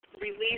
release